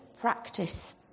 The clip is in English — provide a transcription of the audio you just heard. practice